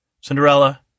Cinderella